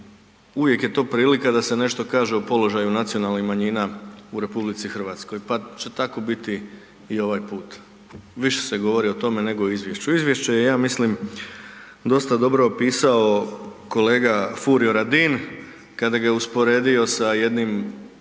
uvijek je to prilika da se nešto kaže o položaju nacionalnih manjina u RH, pa će tako biti i ovaj put. Više se govori o tome nego o izvješću. Izvješće je, ja mislim, dosta dobro opisao kolega Furio Radin kada ga je usporedio sa jedinim